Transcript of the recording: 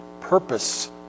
purpose